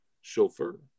chauffeur